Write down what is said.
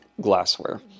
glassware